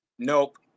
Nope